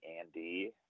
Andy